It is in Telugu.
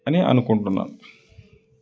అని అనుకుంటున్నాను